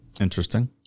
Interesting